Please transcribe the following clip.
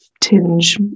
tinge